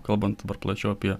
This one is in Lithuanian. kalbant plačiau apie